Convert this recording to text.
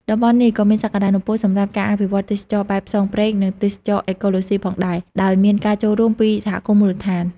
តំបន់នេះក៏មានសក្តានុពលសម្រាប់ការអភិវឌ្ឍទេសចរណ៍បែបផ្សងព្រេង និងទេសចរណ៍អេកូឡូស៊ីផងដែរ ដោយមានការចូលរួមពីសហគមន៍មូលដ្ឋាន។